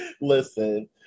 listen